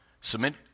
submit